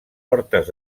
hortes